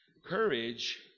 Courage